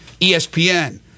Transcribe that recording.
ESPN